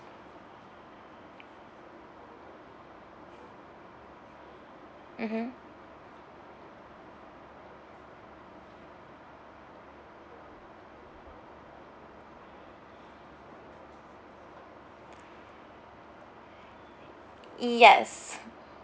mmhmm yes